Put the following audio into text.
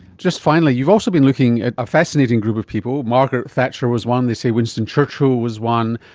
just finally, you've also been looking at a fascinating group of people, margaret thatcher was one, they say winston churchill was one,